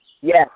Yes